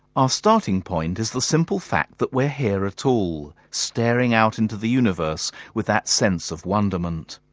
our starting point is the simple fact that we're here at all, staring out into the universe with that sense of wonderment.